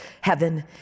heaven